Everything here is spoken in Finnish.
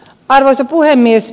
arvoisa puhemies